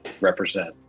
represent